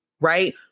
Right